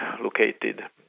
located